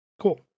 cool